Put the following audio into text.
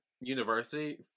university